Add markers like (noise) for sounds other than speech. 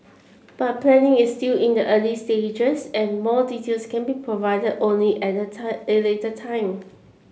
but planning is still in the early stages and more details can be provided only at a (unintelligible) later time